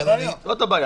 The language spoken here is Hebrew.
אני מבקש --- זאת הבעיה.